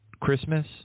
Christmas